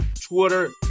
Twitter